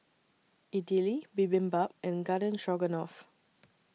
Idili Bibimbap and Garden Stroganoff